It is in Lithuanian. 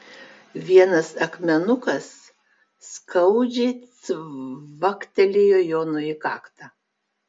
vienas akmenukas skaudžiai cvaktelėjo jonui į kaktą